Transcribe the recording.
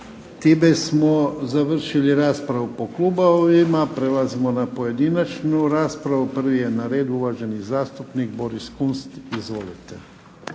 Time smo završili raspravu po klubovima. Prelazimo na pojedinačnu raspravu. Prvi je na redu uvaženi zastupnik Boris Kunst. Izvolite.